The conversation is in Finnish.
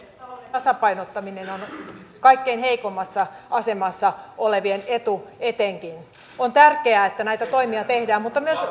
tasapainottaminen on etenkin kaikkein heikoimmassa asemassa olevien etu on tärkeää että näitä toimia tehdään mutta myös